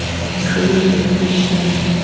and creating this sharing.